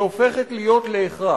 היא הופכת להיות הכרח.